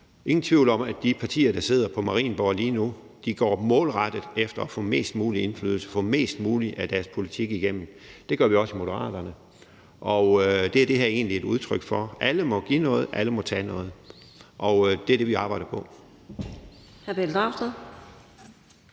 ingen tvivl om, at de partier, der sidder på Marienborg lige nu, går målrettet efter at få mest mulig indflydelse og få mest muligt af deres politik igennem. Det gør vi også i Moderaterne, og det er det her egentlig et udtryk for: Alle må give noget, alle må tage noget. Det er det, vi arbejder på.